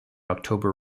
october